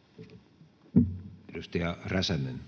13:11 Content: